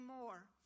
more